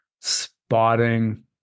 spotting